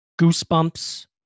goosebumps